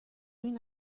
این